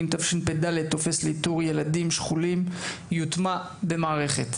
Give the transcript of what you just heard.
תשפ"ד יהיה טופס לאיתור ילדים שכולים יוטמע במערכת.